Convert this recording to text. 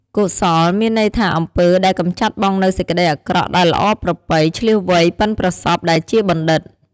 កុសល មានន័យថាអំពើដែលកម្ចាត់បង់នូវសេចក្តីអាក្រក់ ដែលល្អប្រពៃ ឈ្លាសវៃ បុិនប្រសប់ ដែលជាបណ្ឌិត។